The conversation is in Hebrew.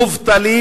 מובטלים,